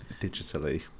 digitally